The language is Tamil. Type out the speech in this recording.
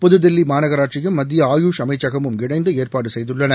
புதுதில்லி மாநகராட்சியும் மத்திய ஆயுஷ் அமைச்சகமும் இணைந்து ஏற்பாடு செய்துள்ளன